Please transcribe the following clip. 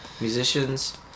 musicians